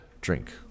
drink